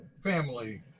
family